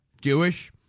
Jewish